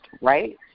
right